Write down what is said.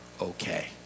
okay